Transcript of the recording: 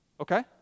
Okay